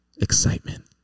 excitement